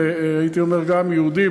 והייתי אומר גם יהודי,